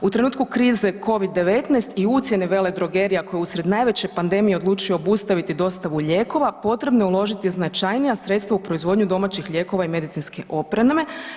U trenutku krize Covid-19 i ucjene veledrogerija koje usred najveće pandemije odlučuju obustaviti dostavu lijekova potrebno je uložiti značajnija sredstva u proizvodnju domaćih lijekova i medicinske opreme.